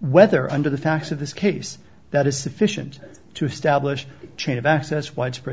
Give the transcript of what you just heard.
whether under the facts of this case that is sufficient to establish a chain of access widespread